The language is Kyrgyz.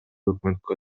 өкмөткө